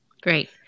Great